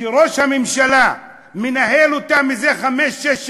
שראש הממשלה מנהל זה חמש-שש שנים,